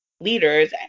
leaders